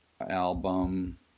album